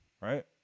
Right